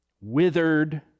Withered